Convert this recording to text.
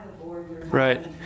Right